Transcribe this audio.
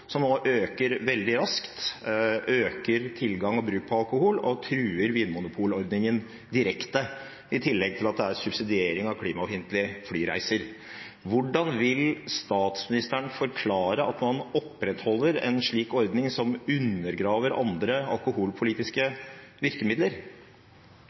og truer vinmonopolordningen direkte i tillegg til at det er subsidiering av klimafiendtlige flyreiser. Hvordan vil statsministeren forklare at man opprettholder en slik ordning som undergraver andre alkoholpolitiske virkemidler?